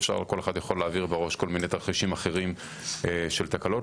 וכל אחד יכול להעביר בראש כל מיני תרחישים אחרים של תקלות.